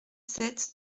sept